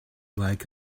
like